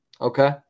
okay